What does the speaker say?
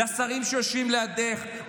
לשרים שיושבים לידך.